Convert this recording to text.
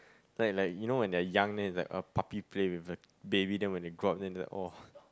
then it's like you know when they are young then it's like a puppy play with the baby then when they grow up then it's like orh